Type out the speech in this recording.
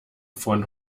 von